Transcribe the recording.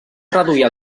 reduir